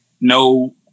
no